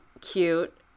cute